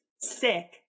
sick